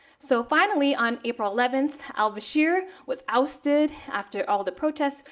so finally, on april eleventh, al-bashir was ousted after all the protests.